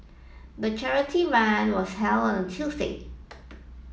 the charity run was held on a Tuesday